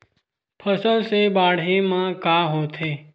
फसल से बाढ़े म का होथे?